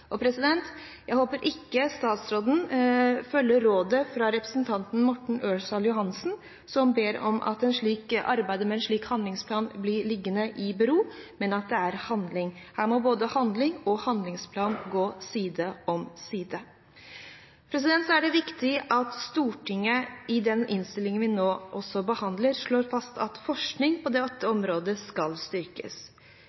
Jeg håper ikke statsråden følger rådet fra representanten Morten Ørsal Johansen, som ber om at arbeidet med en slik handlingsplan blir stilt i bero, men at det blir handling. Her må både handling og handlingsplan gå side om side. Så er det viktig at Stortinget i den innstillingen vi nå behandler, også slår fast at forskning på dette området skal styrkes.